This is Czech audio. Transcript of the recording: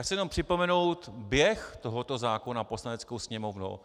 Chci jenom připomenout běh tohoto zákona Poslaneckou sněmovnou.